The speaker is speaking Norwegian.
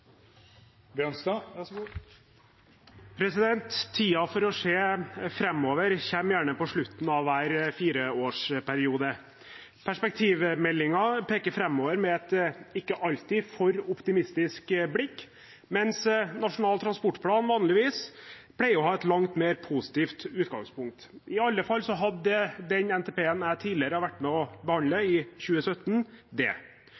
for å se framover kommer gjerne på slutten av hver fireårsperiode. Perspektivmeldingen peker framover med et ikke alltid for optimistisk blikk, mens Nasjonal transportplan vanligvis pleier å ha et langt mer positivt utgangspunkt. I alle fall hadde den NTP-en jeg tidligere har vært med og behandlet, i 2017, det.